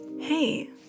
Hey